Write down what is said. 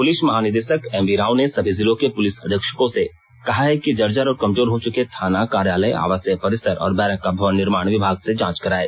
police महानिदेशक MV Rao ने सभी जिलों के पुलिस अधीक्षकों से कहा है कि जर्जर एवं कमजोर हो च्के थाना कार्यालय आवासीय परिसर और बैरक का भवन निर्माण विभाग से जांच कराए